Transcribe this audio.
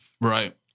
Right